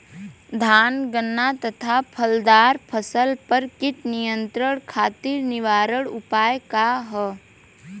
धान गन्ना तथा फलदार फसल पर कीट नियंत्रण खातीर निवारण उपाय का ह?